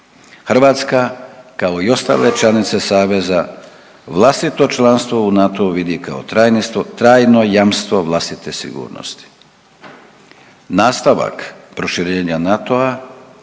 Hrvatska kao i ostale članice saveza vlastito članstvo u NATO-u vidi kao trajno jamstvo vlastite sigurnosti. Nastavak proširenja NATO-a